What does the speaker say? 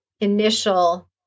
initial